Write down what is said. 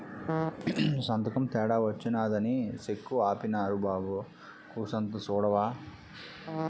సంతకం తేడా వచ్చినాదని సెక్కు ఆపీనారు బాబూ కూసంత సూడవా